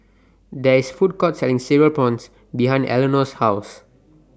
There IS A Food Court Selling Cereal Prawns behind Elinore's House